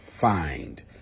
find